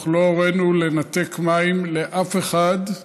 אנחנו לא הורינו לנתק מים לאף אחד,